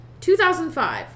2005